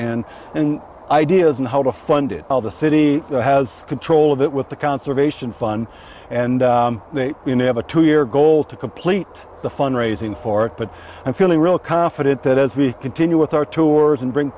and and ideas and how to fund it all the city has control of that with the conservation fund and they you know have a two year goal to complete the fund raising for it but i'm feeling real confident that as we continue with our tours and bring